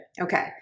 Okay